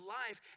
life